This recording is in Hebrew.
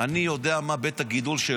ברור לי, אדוני.